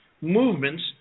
movements